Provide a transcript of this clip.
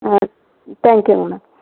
ஆ தேங்க்யூங்க மேம்